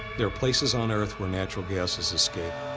there are places on earth where natural gases escape.